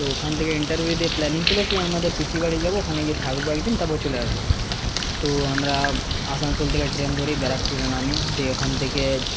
তো ওখান থেকে ইন্টারভিউ দিয়ে প্ল্যানিং ছিল কি আমাদের পিসির বাড়ি যাবো ওখানে গিয়ে থাকবো একদিন তারপরে চলে আসবো তো আমরা আসানসোল থেকে ট্রেন ধরি ব্যারাকপুরে নামি দিয়ে ওখান থেকে